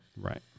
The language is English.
Right